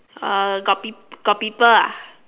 uh got pe~ got people ah